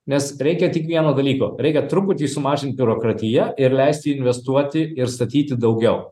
nes reikia tik vieno dalyko reikia truputį sumažint biurokratiją ir leisti investuoti ir statyti daugiau